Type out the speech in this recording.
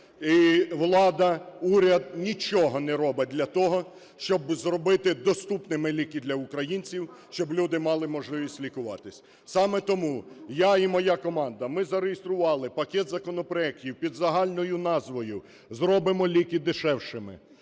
І влада, уряд нічого не робить для того, щоб зробити доступними ліки для українців, щоб люди мали можливість лікуватися. Саме тому я і моя команда, ми зареєстрували пакет законопроектів під загальною назвою: зробимо ліки дешевшими.